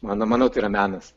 manau manau tai yra menas